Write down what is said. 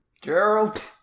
Gerald